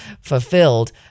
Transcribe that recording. fulfilled